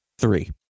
three